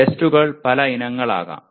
ടെസ്റ്റുകൾ പല ഇനങ്ങൾ ആകാം